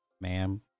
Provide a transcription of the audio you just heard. Ma'am